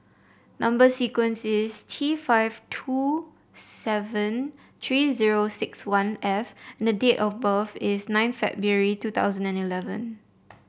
number sequence is T five two seven three zero six one F and the date of birth is nine February two thousand and eleven